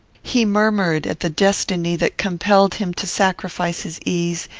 he murmured at the destiny that compelled him to sacrifice his ease,